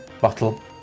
Bottle